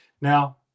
now